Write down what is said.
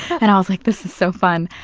and i was like, this is so fun!